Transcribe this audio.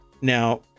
now